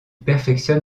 perfectionne